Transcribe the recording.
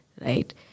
right